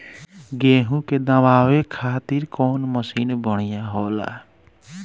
गेहूँ के दवावे खातिर कउन मशीन बढ़िया होला?